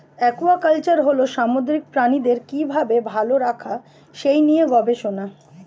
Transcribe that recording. aquaculture হল সামুদ্রিক প্রাণীদের কি ভাবে ভালো রাখা যায় সেই নিয়ে গবেষণা